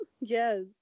Yes